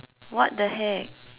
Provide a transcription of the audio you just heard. what the heck